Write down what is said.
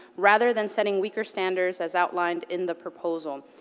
rather than setting weaker standards as outlined in the proposal.